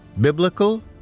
biblical